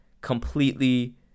completely